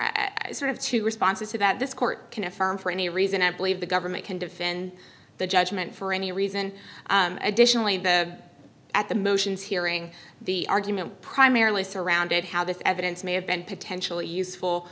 i sort of two responses to that this court can affirm for any reason i believe the government can defend the judgment for any reason additionally the at the motions hearing the argument primarily surrounded how this evidence may have been potentially useful